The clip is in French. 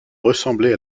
ressemblait